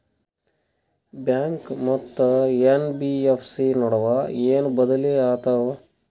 Bank ಮತ್ತ NBFC ನಡುವ ಏನ ಬದಲಿ ಆತವ?